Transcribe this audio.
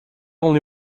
only